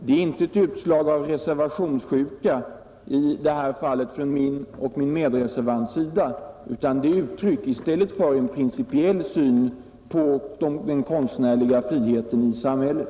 Det är inte något utslag av reservationssjuka i det här fallet från min och min medreservants sida utan fråga om en principiell syn på den konstnärliga friheten i samhället.